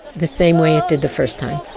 the same way it did the first time.